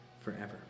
forever